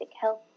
health